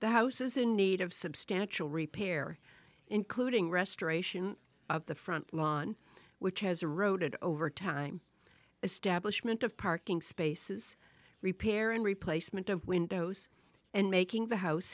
the house is in need of substantial repair including restoration of the front lawn which has eroded over time establishment of parking spaces repair and replacement of windows and making the house